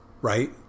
Right